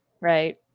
right